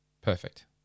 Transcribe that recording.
Perfect